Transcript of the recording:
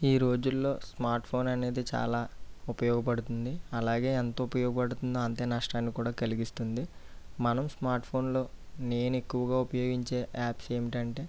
ఈ రోజులలో స్మార్ట్ఫోన్ అనేది చాలా ఉపయోగపడుతుంది అలాగే ఎంత ఉపయోగపడుతుందో అంతే నష్టాన్ని కూడా కలిగిస్తుంది మనం స్మార్ట్ఫోన్లో నేను ఎక్కువగా ఉపయోగించే యాప్స్ ఏంటంటే